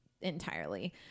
entirely